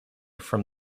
from